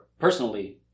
personally